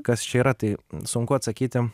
kas čia yra tai sunku atsakyti